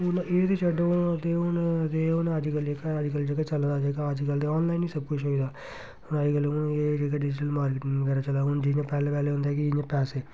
हून एह् बी छड्डो ते हून ते हून ते हून जेह्का अज्जकल चला दा सारें जगह् जेह्का अज्जकल ते आनलाइन गै सब कुछ होई गेदा हून अज्जकल जेह्का डिजिटल माकिटिंग चला दा हून जियांं पैह्ले पैह्ले होंदा कि इ'यां पैसे